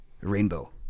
rainbow